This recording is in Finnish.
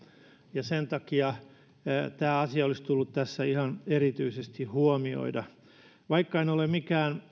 ja sen takia tämä asia olisi tullut tässä ihan erityisesti huomioida vaikka en ole mikään